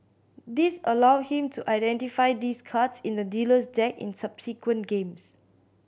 this allowed him to identify these cards in the dealer's deck in subsequent games